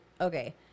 okay